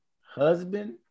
husband